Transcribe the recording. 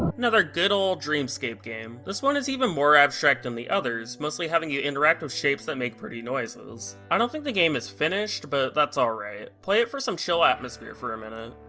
another good ol' dreamscape game. this one is even more abstract than and the others, mostly having you interact with shapes that make pretty noises. i don't think the game is finished, but that's all right. play it for some chill atmosphere for um and a